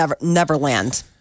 Neverland